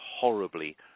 horribly